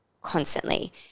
constantly